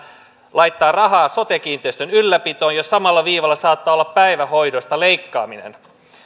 laittaa rahaa sote kiinteistön ylläpitoon jos samalla viivalla saattaa olla päivähoidosta leikkaaminen